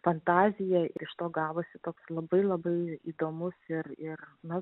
fantaziją ir iš to gavosi toks labai labai įdomus ir ir na